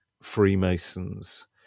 Freemasons